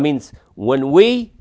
means when we